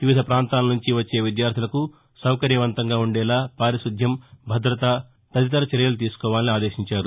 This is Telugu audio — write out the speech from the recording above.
వివిధ ప్రాంతాల నుంచి వచ్చే విద్యార్థులకు సౌకర్యవంతంగా ఉండేలా పారిశుద్యం భద్రత తదితర చర్యలు తీసుకోవాలని ఆదేశించారు